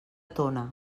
tona